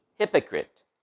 hypocrite